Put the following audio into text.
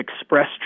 express